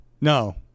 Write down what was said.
No